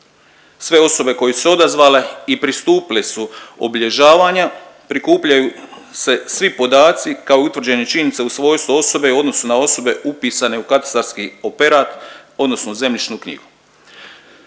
Sve osobe koje su se odazvale i pristupile su obilježavanju prikupljaju se svi podaci kao utvrđene činjenice u svojstvu osobe u odnosu na osobe upisane u katastarski operat odnosno zemljišnu knjigu.